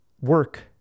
work